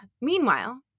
Meanwhile